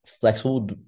flexible